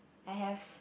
I have